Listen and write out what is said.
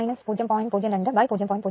02 എന്ന് ലഭിക്കുന്നു